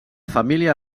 família